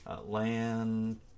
Land